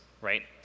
right